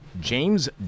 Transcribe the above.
James